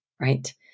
Right